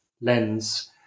lens